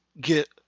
get